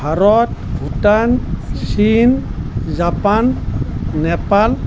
ভাৰত ভূটান চীন জাপান নেপাল